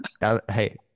Hey